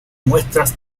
muestras